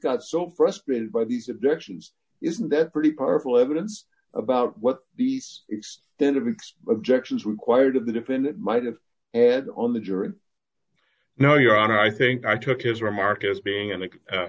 got so frustrated by these objections isn't that pretty powerful evidence about what these extended mix objections required of the defendant might have had on the jury no your honor i think i took his remark as being an